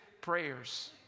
prayers